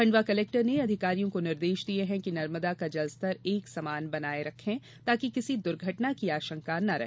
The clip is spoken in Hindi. खंडवा कलेक्टर ने अधिकारियों को निर्देष दिये है कि नर्मदा का जलस्तर एक समान बनाए रखें ताकि किसी दुर्घटना की आशंका न रहे